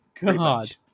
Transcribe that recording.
God